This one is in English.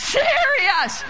serious